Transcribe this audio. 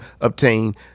obtain